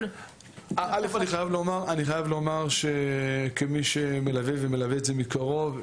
אני חייב לומר כמי שמלווה ומלווה את זה מקרוב,